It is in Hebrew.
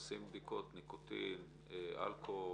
עושים בדיקות ניקוטין, אלכוהול?